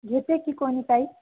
घेते की कोणी काही